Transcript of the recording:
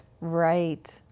Right